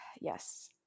Yes